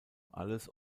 alles